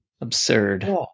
Absurd